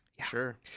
Sure